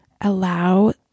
Allow